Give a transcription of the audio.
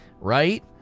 right